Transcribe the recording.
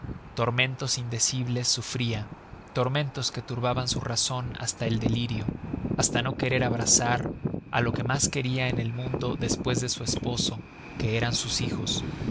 tormentos indecibles sufria tormentos que turbaban su razon hasta el dilirio hasta no querer abrazar á lo que mas queria en el mundo despues de su esposo que eran sus hijos